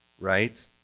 right